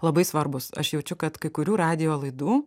labai svarbūs aš jaučiu kad kai kurių radijo laidų